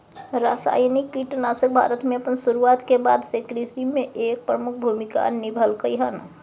रासायनिक कीटनाशक भारत में अपन शुरुआत के बाद से कृषि में एक प्रमुख भूमिका निभलकय हन